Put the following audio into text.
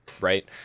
Right